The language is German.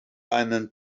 einen